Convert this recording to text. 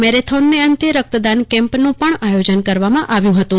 મેરેથોનના અંતે રક્તદાન કેમ્પનું આયોજન પણ કરવામાં આવ્યું હતું